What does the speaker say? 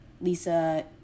Lisa